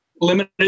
limited